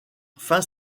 fin